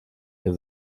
ihr